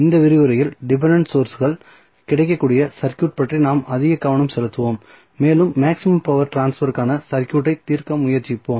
இந்த விரிவுரையில் டிபென்டென்ட் சோர்ஸ்கள் கிடைக்கக்கூடிய சர்க்யூட் பற்றி நாங்கள் அதிக கவனம் செலுத்துவோம் மேலும் மேக்ஸிமம் பவர் ட்ரான்ஸ்பர் கான சர்க்யூட்டை தீர்க்க முயற்சிப்போம்